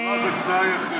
השכלה זה תנאי הכרחי,